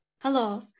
Hello